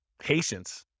Patience